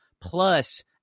plus